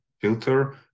filter